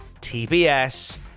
TBS